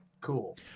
Cool